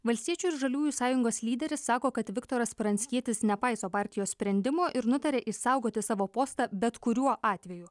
valstiečių ir žaliųjų sąjungos lyderis sako kad viktoras pranckietis nepaiso partijos sprendimo ir nutarė išsaugoti savo postą bet kuriuo atveju